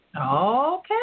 Okay